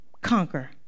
conquer